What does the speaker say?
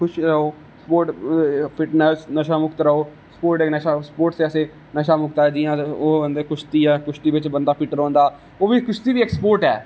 खुश रहो sports fitness ते नशा मुक्त रहो स्पोटस इक नशा स्पोटस ऐसै नशा मुक्त ऐ जियां कुशती बिच बंदा फिट रौंहदा ओह्बी कुश्ती बी इक स्पोट ऐ